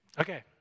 Okay